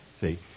See